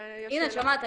הינה, את שומעת.